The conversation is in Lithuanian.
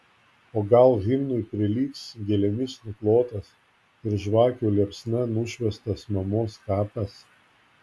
o gal himnui prilygs gėlėmis nuklotas ir žvakių liepsna nušviestas mamos kapas